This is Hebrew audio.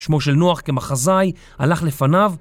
שמו של נוח כמחזאי, הלך לפניו